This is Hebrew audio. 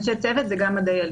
אנשי צוות זה גם הדיילים.